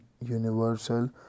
universal